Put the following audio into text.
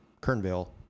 Kernville